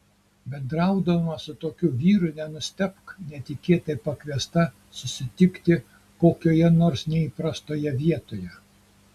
bendraudama su tokiu vyru nenustebk netikėtai pakviesta susitikti kokioje nors neįprastoje vietoje